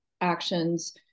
actions